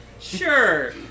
Sure